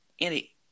Andy